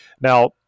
Now